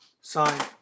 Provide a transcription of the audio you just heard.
sign